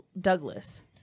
Douglas